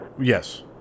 Yes